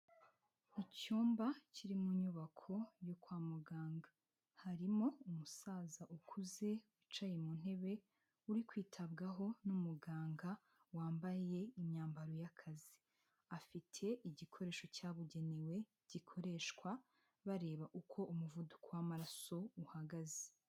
Icyumba kiri mu nyubako yo kwa muganga, harimo umusaza ukuze wicaye mu ntebe uri kwitabwaho n'umuganga wambaye imyambaro y'akazi. Afite igikoresho cyabugenewe gikoreshwa bareba uko umuvuduko w'amaraso uhagaze.